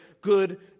good